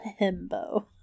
himbo